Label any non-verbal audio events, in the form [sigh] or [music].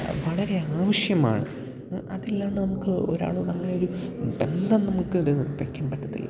വളരെ ആവശ്യമാണ് അതില്ലാതെ നമുക്കൊരാളോട് അങ്ങനെയൊരു ബന്ധം നമുക്കത് [unintelligible] പറ്റില്ല